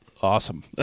Awesome